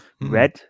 Red